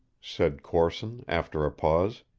said corson after a pause.